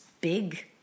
big